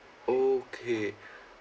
okay